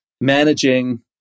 managing